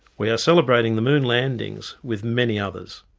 we are celebrating the moon landings with many others.